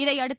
இதனையடுத்து